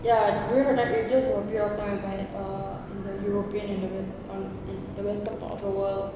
ya during the dark ages were a period of time whereby uh in the european universe or the western part of the world